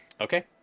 Okay